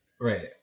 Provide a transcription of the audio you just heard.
Right